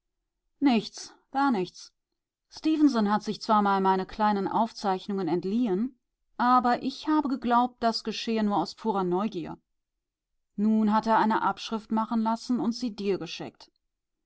nichts gar nichts stefenson hat sich zwar mal meine kleinen aufzeichnungen entliehen aber ich habe geglaubt das geschehe nur aus purer neugier nun hat er eine abschrift machen lassen und sie dir geschickt